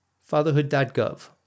Fatherhood.gov